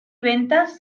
ventas